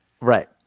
Right